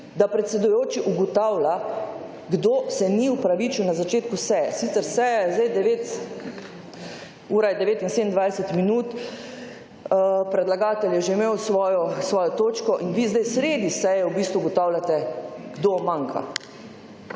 da predsedujoči ugotavlja kdo se ni opravičil na začetku seje. Sicer seja je sedaj, ura je 9 in 27 minut, predlagatelj je že imel svojo točko in vi sedaj sredi seje v bistvu ugotavljate kdo manjka.